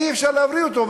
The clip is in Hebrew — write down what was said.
אי-אפשר להבריא אותו,